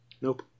Nope